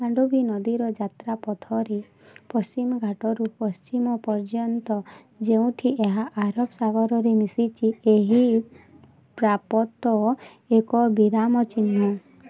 ମାଣ୍ଡୋଭି ନଦୀର ଯାତ୍ରା ପଥରେ ପଶ୍ଚିମ ଘାଟରୁ ପଶ୍ଚିମ ପର୍ଯ୍ୟନ୍ତ ଯେଉଁଠି ଏହା ଆରବ ସାଗରରେ ମିଶିଛି ଏହି ପ୍ରପାତ ଏକ ବିରାମ ଚିହ୍ନ